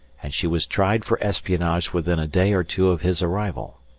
and she was tried for espionage within a day or two of his arrival.